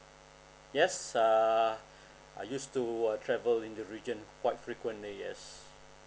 yes uh I used to uh travel in the region quite frequently yes